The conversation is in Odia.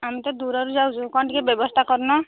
ଆମେ ତ ଦୂରରୁ ଯାଉଛୁ କ'ଣ ଟିକେ ବ୍ୟବସ୍ଥା କରୁନ